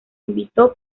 invitó